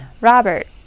Robert